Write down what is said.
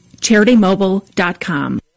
CharityMobile.com